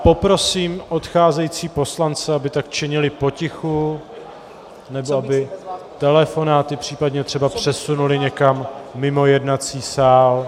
Poprosím odcházející poslance, aby tak činili potichu nebo aby telefonáty případně třeba přesunuli někam mimo jednací sál.